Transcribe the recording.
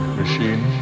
machine